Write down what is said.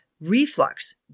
reflux